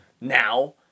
now